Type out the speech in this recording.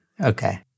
Okay